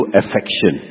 affection